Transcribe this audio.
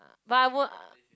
but I would